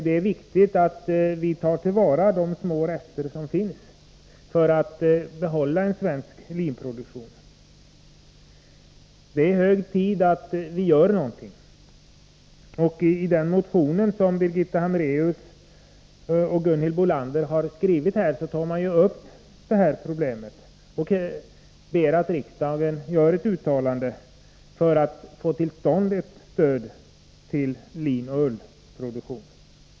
Det är viktigt att vi tar till vara de små rester som finns så att vi kan behålla en svensk linproduktion. Det är hög tid att vi gör någonting. I den motion som Birgitta Hambraeus och Gunhild Bolander har skrivit tar de upp det här problemet och ber att riksdagen skall göra ett uttalande för att få till stånd ett stöd till linoch ullproduktion.